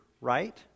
Right